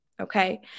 Okay